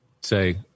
say